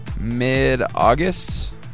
mid-August